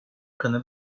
可能